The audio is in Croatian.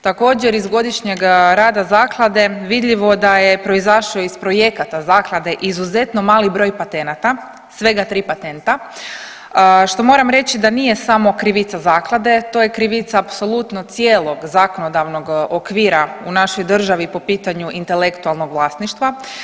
Također iz godišnjeg rada zaklade vidljivo da je proizašao iz projekata zaklade izuzetno mali broj patenata, svega 3 patenta, što moram reći da nije samo krivica zaklade, to je krivica apsolutno cijelog zakonodavnog okvira u našoj državi po pitanju intelektualnog vlasništva.